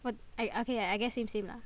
wha~ I okay lah I guess same same lah